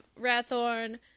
Rathorn